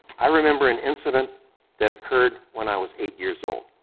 i remember an incident that occurred when i was eight years old,